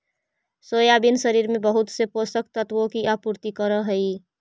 soybean शरीर में बहुत से पोषक तत्वों की आपूर्ति करअ हई